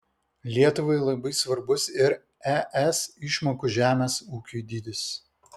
lietuvai labai svarbus ir es išmokų žemės ūkiui dydis